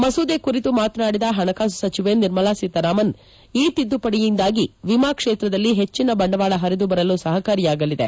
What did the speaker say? ಮಸೂದೆ ಕುರಿತು ಮಾತನಾಡಿದ ಹಣಕಾಸು ಸಚಿವೆ ನಿರ್ಮಲಾ ಸೀತಾರಾಮನ್ ಈ ತಿದ್ದುಪಡಿಯಿಂದಾಗಿ ವಿಮಾ ಕ್ಷೇತ್ರದಲ್ಲಿ ಹೆಚ್ಚನ ಬಂಡವಾಳ ಹರಿದು ಬರಲು ಸಹಕಾರಿಯಾಗಲಿದೆ